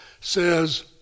says